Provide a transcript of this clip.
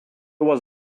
was